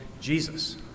Jesus